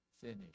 finish